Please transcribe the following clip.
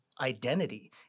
identity